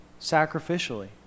sacrificially